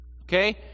Okay